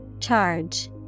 Charge